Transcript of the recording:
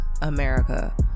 America